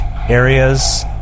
Areas